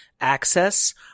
access